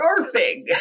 snarfing